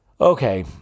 Okay